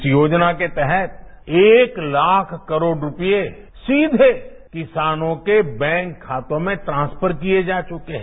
इस योजना के तहत एक लाख करोड़ रुपये सीधे किसानों के बैंक खातों में ट्रांसफर किए जा चुके हैं